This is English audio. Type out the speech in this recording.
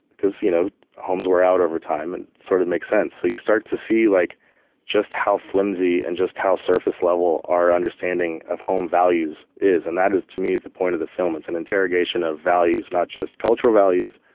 because you know homes wear out over time, it and sort of makes sense. so you start to see like just how flimsy, and just how surface level our understanding of home values is. and that is, to me, the point of the film. it's an and interrogation of values, not just cultural values,